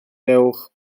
dewch